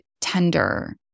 tender